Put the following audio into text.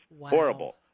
Horrible